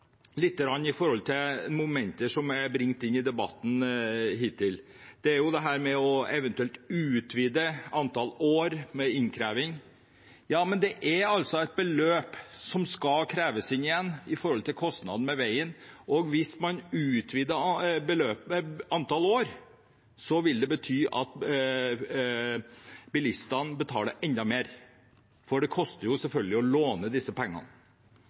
inn i debatten hittil – dette med eventuelt å utvide antallet år med innkreving. Ja, men det er altså et beløp som skal kreves inn igjen for kostnaden med veien. Hvis man utvider antallet år, vil det bety at bilistene betaler enda mer, for det koster selvfølgelig å låne disse pengene.